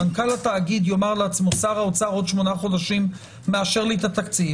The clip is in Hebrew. מנכ"ל התאגיד יאמר לעצמו: שר האוצר עוד שמונה חודשים מאשר לי את התקציב,